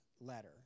letter